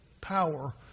power